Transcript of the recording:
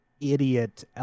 idiot